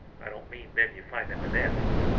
i don't mean them you find in the nests.